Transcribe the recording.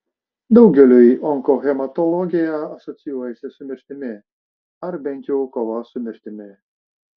daugeliui onkohematologija asocijuojasi su mirtimi ar bent jau kova su mirtimi